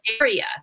area